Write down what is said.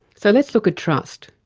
so let's look at trust.